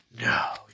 no